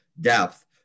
depth